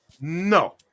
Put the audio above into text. No